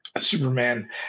Superman